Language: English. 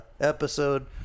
episode